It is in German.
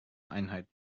einheit